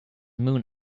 moon